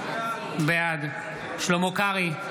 בעד שלמה קרעי,